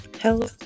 Hello